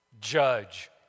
Judge